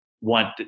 want